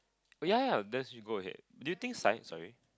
oh ya ya that's you go ahead do you think science sorry